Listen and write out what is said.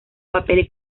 papel